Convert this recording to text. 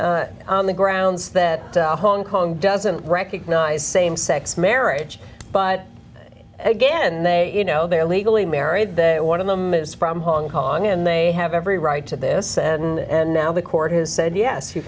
department on the grounds that hong kong doesn't recognize same sex marriage by again they you know they're legally married one of them is from hong kong and they have every right to this and now the court has said yes you